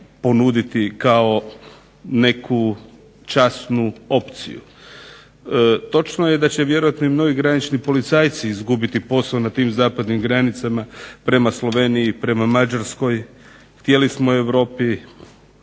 ponuditi kao neku časnu opciju. Točno je da će vjerojatno i mnogi granični policajci izgubiti posao na tim zapadnim granicama prema Sloveniji, prema Mađarskoj. Htjeli smo u Europu,